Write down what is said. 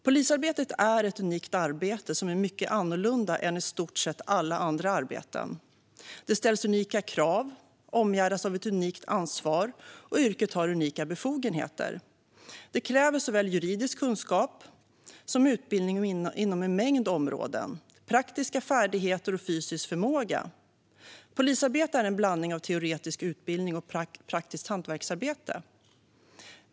Polisarbetet är ett unikt arbete som skiljer sig mycket från i stort sett alla andra arbeten. Det ställs unika krav, och yrket omgärdas av ett unikt ansvar och är förknippat med unika befogenheter. Det kräver såväl juridisk kunskap som utbildning inom en mängd områden, praktiska färdigheter och fysisk förmåga. Polisarbete kräver en blandning av teoretisk utbildning och praktiskt hantverksarbete.